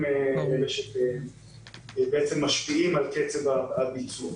הם אלה שמשפיעים על קצב הביצוע.